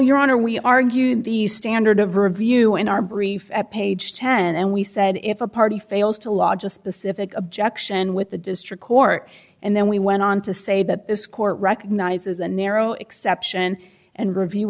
honor we argued the standard of review in our brief at page ten and we said if a party fails to lodge a specific objection with the district court and then we went on to say that this court recognizes a narrow exception and review